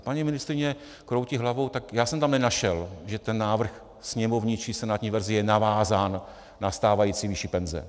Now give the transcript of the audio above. Paní ministryně kroutí hlavou, tak já jsem tam nenašel, že ten návrh sněmovní či senátní verze je navázán na stávající výši penze.